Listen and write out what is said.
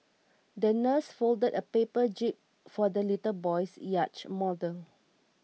the nurse folded a paper jib for the little boy's yacht model